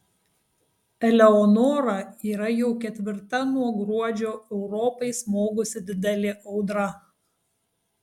eleonora yra jau ketvirta nuo gruodžio europai smogusi didelė audra